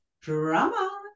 drama